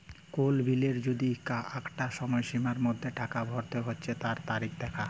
কোল বিলের যদি আঁকটা সময়সীমার মধ্যে টাকা ভরতে হচ্যে তার তারিখ দ্যাখা